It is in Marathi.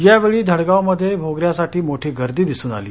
यावेळी धडगाव मध्ये भोगऱयासाठी मोठी गर्दी दिसुन आली